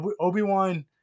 obi-wan